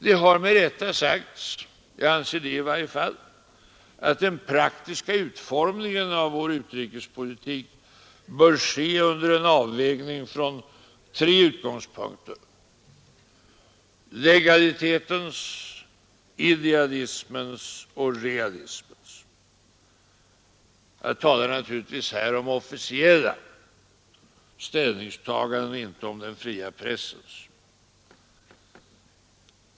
Det har med rätta sagts — jag anser det i varje fall — att den praktiska utformningen av vår utrikespolitik bör ske under en avvägning från tre utgångspunkter: legalitetens, idealismens och realismens. Jag talar naturligtvis här om officiella ställningstaganden, inte om den fria pressens.